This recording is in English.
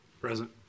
Present